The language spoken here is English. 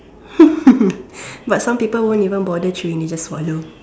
but some people wont even bother chewing they just swallow